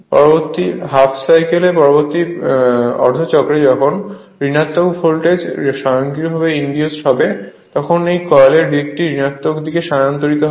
পরবর্তী half cycle হিসাবে পরবর্তী অর্ধচক্র যখন ঋণাত্মক ভোল্টেজ স্বয়ংক্রিয়ভাবে ইন্ডিউজড হবে তখন এই কয়েলের দিকটি ঋণাত্মক দিকে স্থানান্তরিত হবে